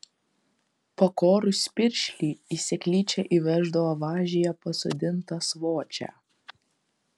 pakorus piršlį į seklyčią įveždavo važyje pasodintą svočią